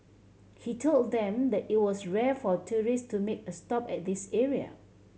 he told them that it was rare for tourist to make a stop at this area